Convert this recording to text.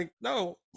no